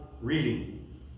reading